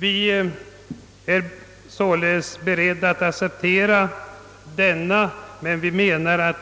Vi är beredda att acceptera denna, men